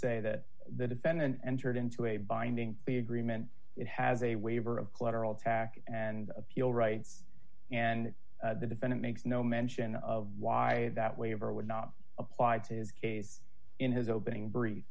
say that the defendant entered into a binding agreement it has a waiver of collateral attack and appeal rights and the defendant makes no mention of why that waiver would not apply to his case in his opening br